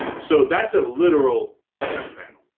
so, that's a literal death panel.